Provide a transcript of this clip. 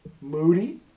Moody